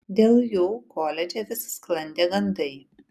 dėl jų koledže vis sklandė gandai